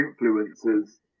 influences